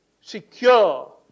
secure